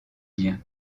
dire